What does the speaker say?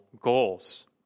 goals